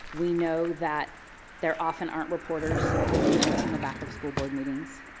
we know that there often aren't reporters taking notes in the back of school board meetings.